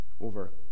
over